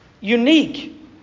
unique